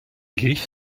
griffe